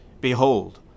Behold